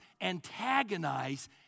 antagonize